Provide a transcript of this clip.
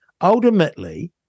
Ultimately